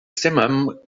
simum